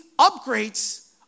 upgrades